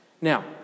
Now